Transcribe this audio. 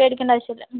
പേടിക്കേണ്ട ആവശ്യമില്ല മ്